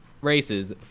races